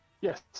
Yes